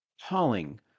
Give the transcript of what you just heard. hauling